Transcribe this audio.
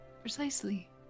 Precisely